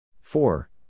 Four